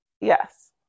Yes